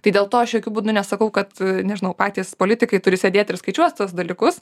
tai dėl to aš jokiu būdu nesakau kad nežinau patys politikai turi sėdėti ir skaičiuot tuos dalykus